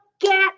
get